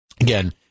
again